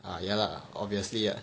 ah ya lah obviously lah